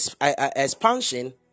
expansion